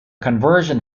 conversion